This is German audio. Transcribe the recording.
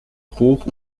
hoch